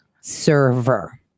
server